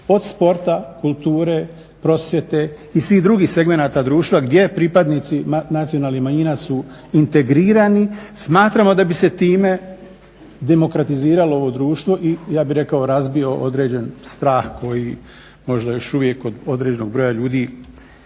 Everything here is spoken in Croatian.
od sporta, kulture, prosvjete i svih drugih segmenata društva gdje pripadnici nacionalnih manjina su integrirani, smatramo da bi se time demokratiziralo ovo društvo i ja bih rekao razbio određeni strah koji možda još uvijek kod određenog broja ljudi